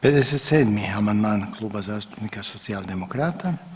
57. amandman Kluba zastupnika Socijaldemokrata.